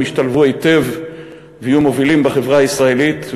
והם ישתלבו היטב ויהיו מובילים בחברה הישראלית,